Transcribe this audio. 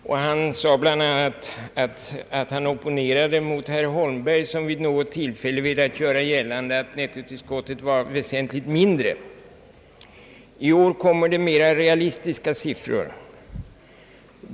Statsrådet sade bl.a. att han opponerade mot herr Holmberg, som vid något tillfälle velat göra gällande att nettotillskottet var väsentligt mindre. I år kommer det mera realistiska siffror.